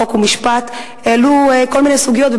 חוק ומשפט העלו כל מיני סוגיות,